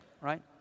right